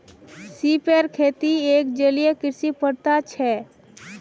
सिपेर खेती एक जलीय कृषि प्रथा छिके